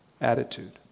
attitude